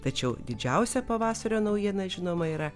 tačiau didžiausia pavasario naujiena žinoma yra